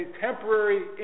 temporary